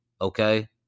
Okay